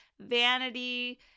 vanity